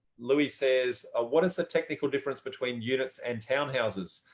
louis says ah what is the technical difference between units and townhouses.